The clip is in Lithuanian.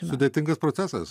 sudėtingas procesas